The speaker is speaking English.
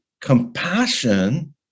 compassion